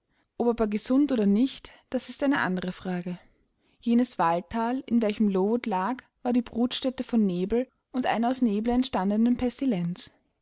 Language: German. ob aber gesund oder nicht das ist eine andere frage jenes waldthal in welchem lowood lag war die brutstätte von nebeln und einer aus nebel